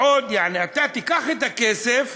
תיקח את הכסף,